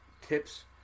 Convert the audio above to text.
tips